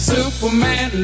Superman